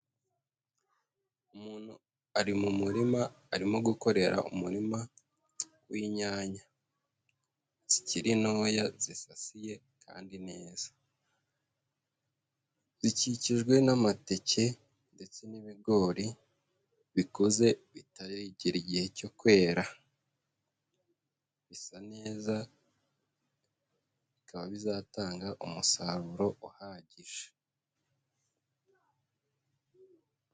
Umuntu ari mu murima arimo gukorera umurima w'inyanya, zikiri ntoya zisasiye kandi neza. Zikikijwe n'amateke ndetse n'ibigori bikuze bitaregera igihe cyo kwera, bisa neza bikaba bizatanga umusaruro uhagije.